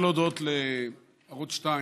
חבריי חברי הכנסת, אני רוצה להודות לערוץ 2,